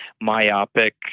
myopic